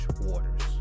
Waters